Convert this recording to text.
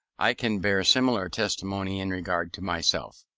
i can bear similar testimony in regard to myself.